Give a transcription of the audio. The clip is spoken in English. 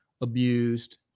abused